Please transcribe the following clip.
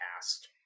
cast